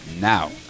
now